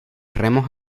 remos